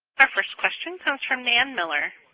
our first question comes from nan miller